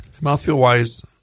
Mouthfeel-wise